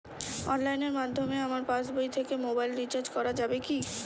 অনলাইনের মাধ্যমে আমার পাসবই থেকে মোবাইল রিচার্জ করা যাবে কি?